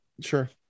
Sure